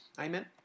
Amen